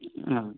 ಹಾಂ